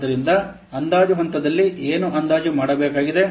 ಆದ್ದರಿಂದ ಅಂದಾಜು ಹಂತದಲ್ಲಿ ಏನು ಅಂದಾಜು ಮಾಡಬೇಕಾಗಿದೆ